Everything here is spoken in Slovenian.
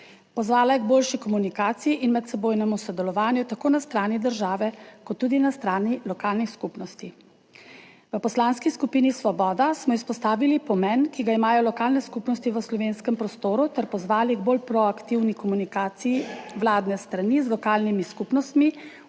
Pozvala je k boljši komunikaciji in medsebojnemu sodelovanju tako na strani države kot tudi na strani lokalnih skupnosti. V Poslanski skupini Svoboda smo izpostavili pomen, ki ga imajo lokalne skupnosti v slovenskem prostoru ter pozvali k bolj proaktivni komunikaciji vladne strani z lokalnimi skupnostmi